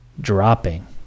dropping